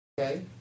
Okay